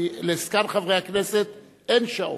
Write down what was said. כי לזקן חברי הכנסת אין שעון,